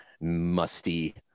musty